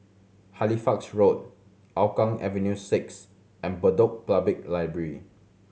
Halifax Road Hougang Avenue Six and Bedok Public Library